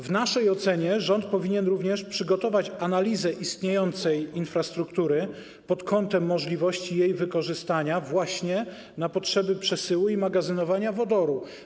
W naszej ocenie rząd powinien również przygotować analizę istniejącej infrastruktury pod kątem możliwości jej wykorzystania właśnie na potrzeby przesyłu i magazynowania wodoru.